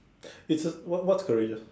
it's a what what's courageous